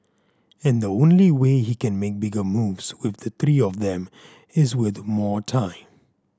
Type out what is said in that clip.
and the only way he can make bigger moves with the three of them is with more time